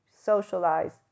socialize